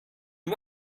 you